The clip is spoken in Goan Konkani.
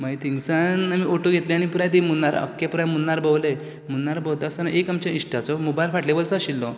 मागीर थिंगसान आमी ओटो घेतले आनी पुराय तें मुन्नार आख्खे तें पुराय मुन्नार भोंवले मुन्नार भोंवता आसतना एक आमचे इश्टाचो मोबायल फाटल्या बोल्सान आशिल्लो